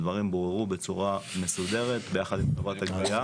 הדברים בוררו בצורה מסודרת ביחד עם חברת הגבייה.